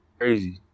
crazy